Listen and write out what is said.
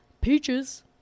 peaches